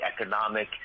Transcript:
economic